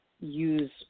use